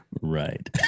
Right